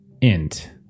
int